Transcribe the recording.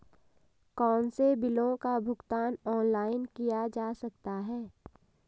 कौनसे बिलों का भुगतान ऑनलाइन किया जा सकता है?